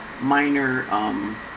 minor